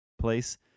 place